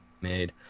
made